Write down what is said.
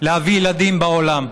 להביא ילדים לעולם.